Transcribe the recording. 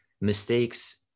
mistakes